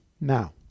Now